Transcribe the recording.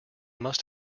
must